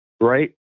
right